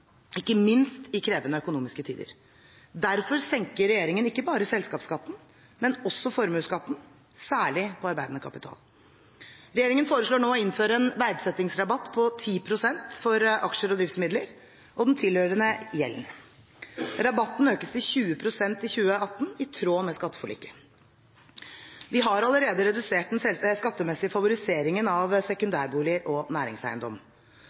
ikke minst i økonomisk krevende tider. Derfor senker regjeringen ikke bare selskapsskatten, men også formuesskatten, særlig på arbeidende kapital. Regjeringen foreslår nå å innføre en verdsettingsrabatt på 10 pst. for aksjer og driftsmidler og den tilhørende gjelden. Rabatten økes til 20 pst. i 2018, i tråd med skatteforliket. Vi har allerede redusert den skattemessige favoriseringen av sekundærboliger og næringseiendom.